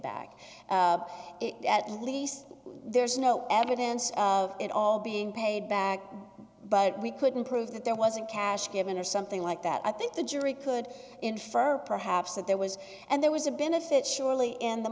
back at least there's no evidence of it all being paid back but we couldn't prove that there was a cash given or something like that i think the jury could infer perhaps that there was and there was a benefit surely in the